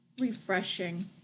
refreshing